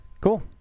Cool